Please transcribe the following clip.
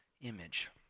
image